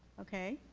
okay.